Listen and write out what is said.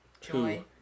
Joy